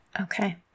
Okay